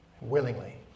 willingly